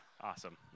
Awesome